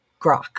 grok